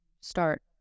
start